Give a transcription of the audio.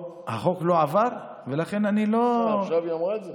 החוק לא עבר ולכן אני לא, עכשיו היא אמרה את זה?